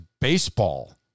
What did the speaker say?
baseball